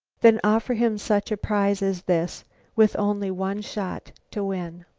then offer him such a prize as this with only one shot to win.